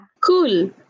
Cool